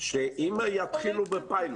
שאם יתחילו בפיילוט,